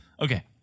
Okay